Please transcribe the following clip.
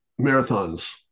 marathons